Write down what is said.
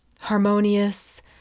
harmonious